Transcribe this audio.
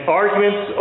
arguments